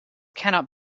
cannot